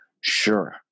Sure